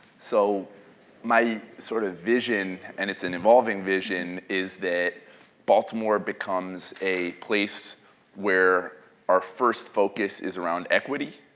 so my sort of vision, and it's an evolving vision, is that baltimore becomes a place where our first focus is around equity,